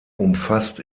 umfasst